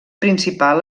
principal